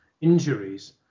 injuries